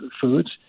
foods